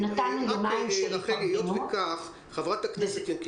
ציינו בצורה מפורשת שאותם תלמידים שנבצר מהם להגיע למסגרות החינוך,